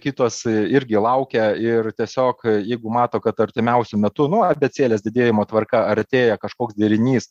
kitos irgi laukia ir tiesiog jeigu mato kad artimiausiu metu nu abėcėlės didėjimo tvarka artėja kažkoks derinys